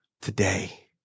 today